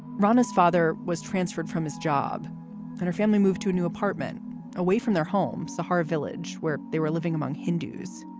romney's father was transferred from his job and her family moved to a new apartment away from their home. sahar village, where they were living among hindus.